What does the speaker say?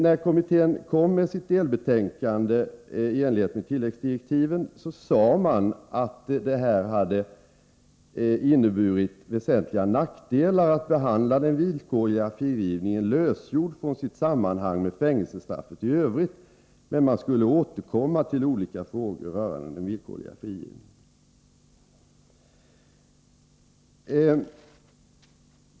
När kommittén kom med sitt delbetänkande i enlighet med tilläggsdirektiven sade man att det hade inneburit väsentliga nackdelar att behandla frågan om den villkorliga frigivningen lösgjord från sitt sammanhang med fängelsestraffet i övrigt. Men man skulle återkomma till olika frågor rörande den villkorliga frigivningen.